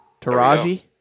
Taraji